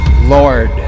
Lord